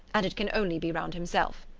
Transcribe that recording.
and it can only be round himself.